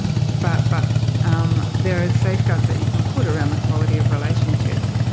but but there are safeguards that you can put around the quality of relationships,